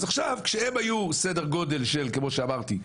כשהם היו סדר גודל של כמו שאמרתי,